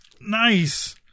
Nice